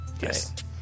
Yes